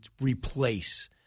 replace